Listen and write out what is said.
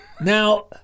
Now